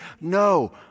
no